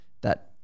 that-